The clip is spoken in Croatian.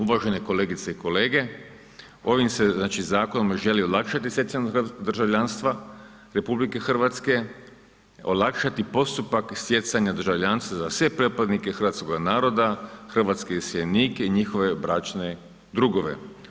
Uvažene kolegice i kolege, ovim se znači zakonom želi olakšati stjecanje državljanstva RH, olakšati postupak stjecanja državljanstva za sve pripadnike hrvatskoga naroda, hrvatske iseljenike i njihove bračne drugove.